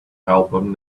album